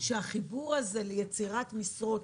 שהחיבור הזה ליצירת משרות,